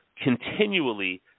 continually